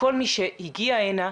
לכל מי שהגיע הנה,